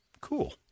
Cool